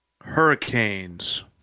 Hurricanes